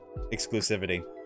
exclusivity